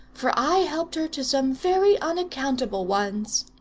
for i helped her to some very unaccountable ones.